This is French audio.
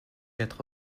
être